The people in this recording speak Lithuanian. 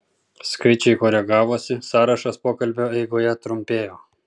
skaičiai koregavosi sąrašas pokalbio eigoje trumpėjo